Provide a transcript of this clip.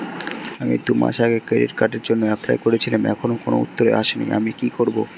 আমি দুমাস আগে ক্রেডিট কার্ডের জন্যে এপ্লাই করেছিলাম এখনো কোনো উত্তর আসেনি আমি কি করব?